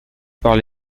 par